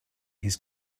his